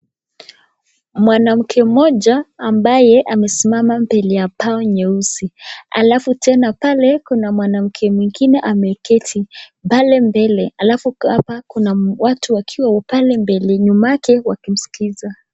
Mwanamke mmoja ambaye anasimama mbele ya bao nyeusi, alafu tena pale kuna mwanamke mwingine ameketi pale mbele alafu kama kuna watu wakiwa nyuma yake wakimsikiza.